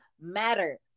matter